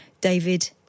David